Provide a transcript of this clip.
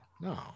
no